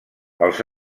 els